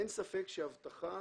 אין ספק שאבטחה